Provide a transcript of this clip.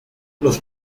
los